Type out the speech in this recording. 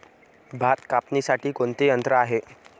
भात कापणीसाठी कोणते यंत्र आहे?